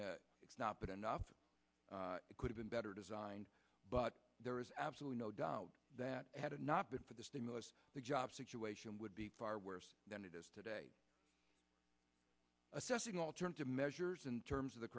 worked it's not good enough it could have been better designed but there is absolutely no doubt that had it not been for the stimulus the job situation would be far worse than it is today assessing alternative measures in terms of the